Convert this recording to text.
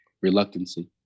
reluctancy